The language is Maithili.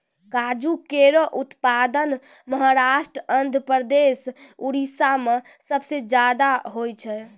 काजू केरो उत्पादन महाराष्ट्र, आंध्रप्रदेश, उड़ीसा में सबसे जादा होय छै